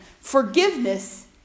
forgiveness